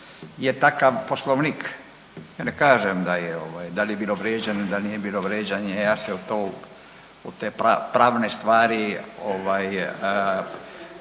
je takav poslovnik. Ja ne kažem da li je bilo vrijeđanje da li nije bilo vrijeđanje ja se u to u te pravne stvari